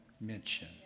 mention